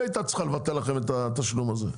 היא הייתה צריכה לבטל לכם את התשלום הזה.